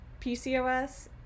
PCOS